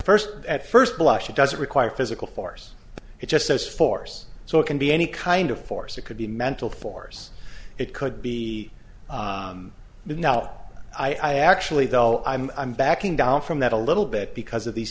first at first blush it doesn't require physical force it just says force so it can be any kind of force it could be mental force it could be but now i actually though i'm i'm backing down from that a little bit because of these